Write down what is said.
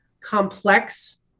complex